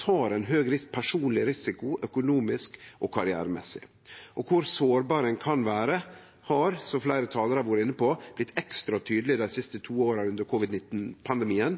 tar en høg personlig risiko økonomisk og karrieremessig. Kor sårbar ein kan vere, har – som fleire talarar har vore inne på – blitt ekstra tydelig dei siste to åra under covid-19-pandemien,